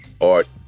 Art